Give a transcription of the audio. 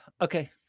Okay